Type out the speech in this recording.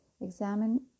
Examine